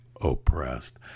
oppressed